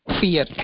fear